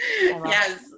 Yes